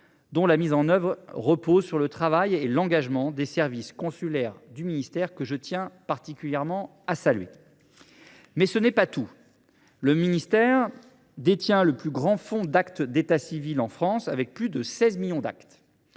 dont la mise en œuvre repose sur le travail et l’engagement des services consulaires du ministère, que je tiens tout particulièrement à saluer. Ce n’est pas tout. Le ministère détient le plus grand fonds de documents d’état civil en France, avec plus de 16 millions d’actes.